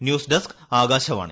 news desk Akashvani